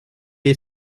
est